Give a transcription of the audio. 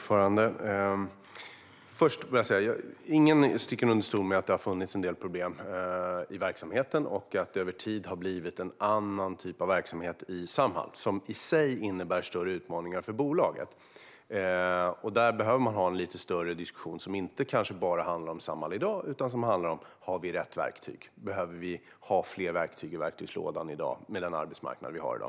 Fru talman! Ingen sticker nog under stol med att det har funnits en del problem i verksamheten och att det över tid har blivit en annan typ av verksamhet i Samhall som i sig innebär större utmaningar för bolagen. Där behöver man ha en lite större diskussion som kanske inte bara handlar om Samhall i dag utan om huruvida vi har rätt verktyg eller behöver fler verktyg i verktygslådan med den arbetsmarknad vi har i dag.